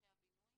בתהליכי הבינוי